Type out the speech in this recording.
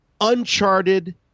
uncharted